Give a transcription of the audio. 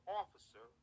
officer